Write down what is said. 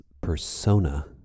persona